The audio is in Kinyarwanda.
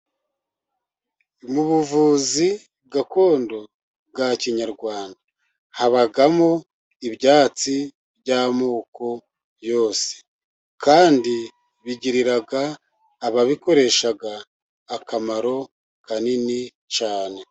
Mu buvuzi gakondo bwa kinyarwanda habamo ibyatsi by'amoko yose, kandi bigirira ababikoresha akamaro kanini cyane.